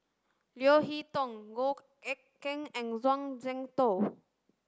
Leo Hee Tong Goh Eck Kheng and Zhuang Shengtao